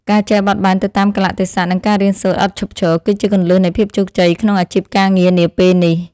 ការចេះបត់បែនទៅតាមកាលៈទេសៈនិងការរៀនសូត្រឥតឈប់ឈរ គឺជាគន្លឹះនៃភាពជោគជ័យក្នុងអាជីពការងារនាពេលនេះ។